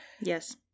Yes